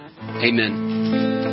Amen